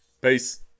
Peace